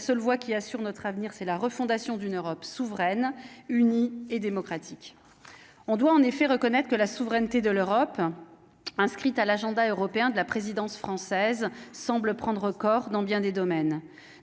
la seule voie qui assure notre avenir, c'est la refondation d'une Europe souveraine, unie et démocratique on doit en effet reconnaître que la souveraineté de l'Europe, inscrite à l'agenda européen de la présidence française semble prendre corps dans bien des domaines,